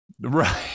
Right